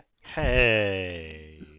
Hey